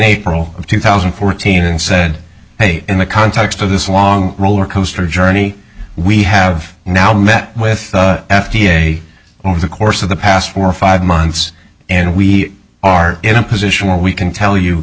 april of two thousand and fourteen and said hey in the context of this long roller coaster journey we have now met with f d a over the course of the past four or five months and we are in a position where we can tell you